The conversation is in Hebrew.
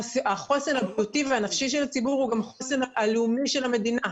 החוסן הבריאותי והנפשי של הציבור הוא גם החוסן הלאומי של המדינה.